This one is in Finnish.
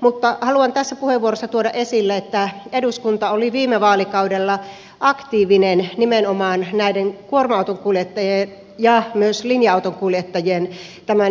mutta haluan tässä puheenvuorossa tuoda esille että eduskunta oli viime vaalikaudella aktiivinen nimenomaan näiden kuorma autonkuljettajien ja myös linja autonkuljettajien